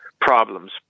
problems